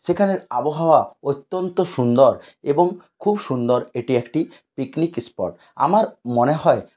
সেখানের আবহাওয়া অত্যন্ত সুন্দর এবং খুব সুন্দর এটি একটি পিকনিক ইস্পট আমার মনে হয়